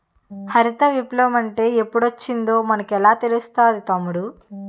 హరిత విప్లవ మంటే ఎప్పుడొచ్చిందో మనకెలా తెలుస్తాది తమ్ముడూ?